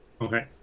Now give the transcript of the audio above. Okay